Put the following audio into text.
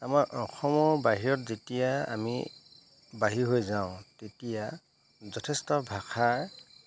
আমাৰ অসমৰ বাহিৰত যেতিয়া আমি বাহিৰ হৈ যাওঁ তেতিয়া যথেষ্ট ভাষাৰ